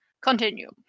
Continue